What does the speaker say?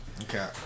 Okay